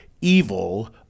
evil